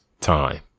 time